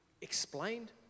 explained